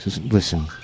Listen